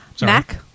Mac